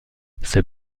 ses